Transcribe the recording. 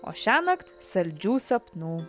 o šiąnakt saldžių sapnų